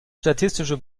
statistische